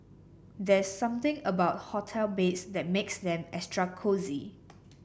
there's something about hotel beds that makes them extra cosy